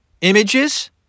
images